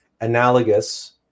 analogous